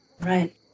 Right